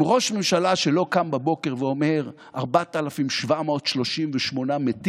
עם ראש ממשלה שלא קם בבוקר ואומר: 4,783 מתים,